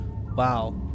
wow